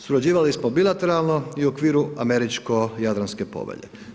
Surađivali smo bilateralno i u okviru Američko-jadranske povelje.